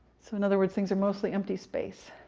so in other words, things are mostly empty space.